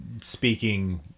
speaking